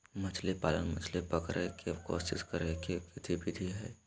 मछली पालन, मछली पकड़य के कोशिश करय के गतिविधि हइ